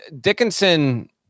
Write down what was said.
Dickinson